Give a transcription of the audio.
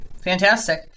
fantastic